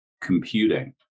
computing